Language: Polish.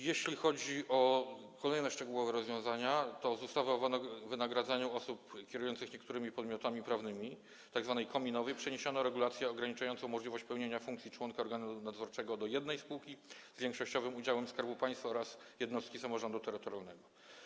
Jeśli chodzi o kolejne szczegółowe rozwiązania, to z ustawy o wynagradzaniu osób kierujących niektórymi podmiotami prawnymi, tzw. kominowej, przeniesiono regulację ograniczającą możliwość pełnienia funkcji członka organu nadzorczego do jednej spółki z większościowym udziałem Skarbu Państwa oraz jednostki samorządu terytorialnego.